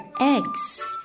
eggs